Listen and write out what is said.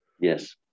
yes